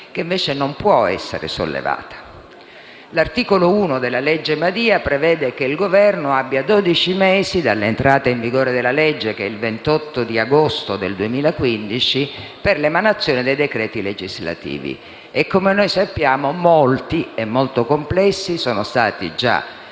che invece non può essere sollevata. L'articolo 1 della legge Madia prevede che il Governo abbia dodici mesi, dall'entrata in vigore della legge - è stata il 28 agosto 2015 - per l'emanazione dei decreti legislativi. E, come noi sappiamo, molti e davvero complessi sono stati già